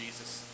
Jesus